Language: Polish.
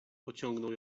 pociągnął